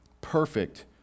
perfect